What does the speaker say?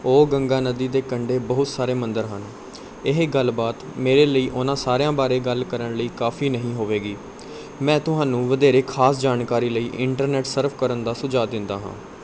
ਉਹ ਗੰਗਾ ਨਦੀ ਦੇ ਕੰਢੇ ਬਹੁਤ ਸਾਰੇ ਮੰਦਰ ਹਨ ਇਹ ਗੱਲਬਾਤ ਮੇਰੇ ਲਈ ਉਨ੍ਹਾਂ ਸਾਰਿਆਂ ਬਾਰੇ ਗੱਲ ਕਰਨ ਲਈ ਕਾਫ਼ੀ ਨਹੀਂ ਹੋਵੇਗੀ ਮੈਂ ਤੁਹਾਨੂੰ ਵਧੇਰੇ ਖਾਸ ਜਾਣਕਾਰੀ ਲਈ ਇੰਟਰਨੈਟ ਸਰਫ ਕਰਨ ਦਾ ਸੁਝਾਅ ਦਿੰਦਾ ਹਾਂ